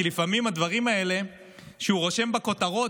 כי לפעמים הדברים האלה שהוא רושם בכותרות,